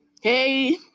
Hey